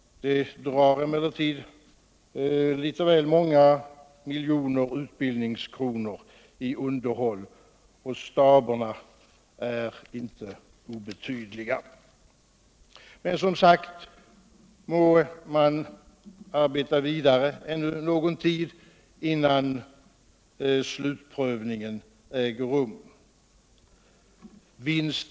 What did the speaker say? De drar emellertid litet väl många miljoner utbildningskronor i underhåll, och staberna är inte heller obetydliga. Men som sagt: Må man arbeta vidare ännu någon tid, innan slutprövningen äger rum!